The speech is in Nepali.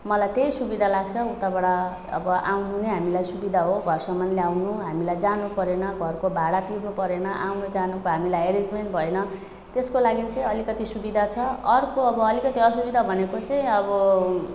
मलाई त्यही सुविधा लाग्छ उताबाट अब आउनु नै हामीलाई सुविधा हो घरसम्म ल्याउनु हामीलाई जानुपरेन घरको भाडा तिर्नुपरेन आउनु जानुको हामीलाई हेरजमेन्ट भएन त्यसको लागि चाहिँ अलिकति सुविधा छ अर्को अब अलिकति असुविधा भनेको चाहिँ अब